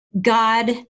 God